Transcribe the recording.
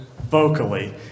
vocally